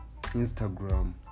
Instagram